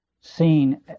seen